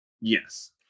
Yes